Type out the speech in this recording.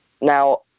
Now